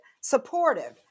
supportive